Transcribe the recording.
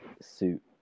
...suit